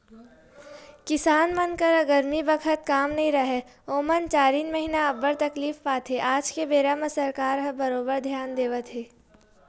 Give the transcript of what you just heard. किसान मन करा गरमी बखत काम नइ राहय ओमन चारिन महिना अब्बड़ तकलीफ पाथे आज के बेरा म सरकार ह बरोबर धियान देवत हे